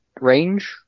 range